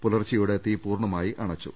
പുലർച്ചെ യോടെ തീ പൂർണമായി അണച്ചു